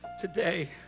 Today